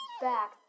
back